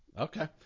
Okay